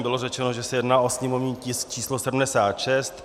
Bylo řečeno, že se jedná o sněmovní tisk číslo 76.